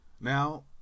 Now